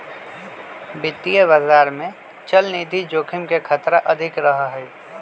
वित्तीय बाजार में चलनिधि जोखिम के खतरा अधिक रहा हई